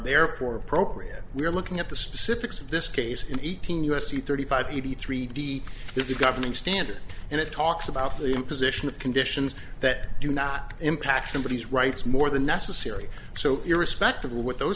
therefore appropriate we're looking at the specifics of this case in eighteen u s c thirty five eighty three d if the governing standard and it talks about the imposition of conditions that do not impact somebodies rights more than necessary so irrespective of what those